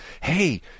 hey